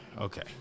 Okay